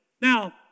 Now